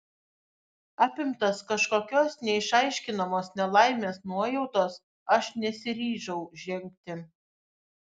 apimtas kažkokios neišaiškinamos nelaimės nuojautos aš nesiryžau žengti